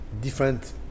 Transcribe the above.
different